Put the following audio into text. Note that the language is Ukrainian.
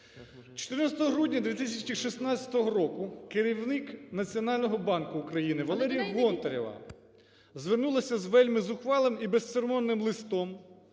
14 грудня 2016 року керівник Національного банку України Валерія Гонтарева звернула з вельми зухвалим і безцеремонним листом